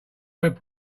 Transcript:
web